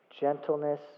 gentleness